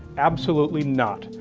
absolutely not.